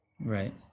Right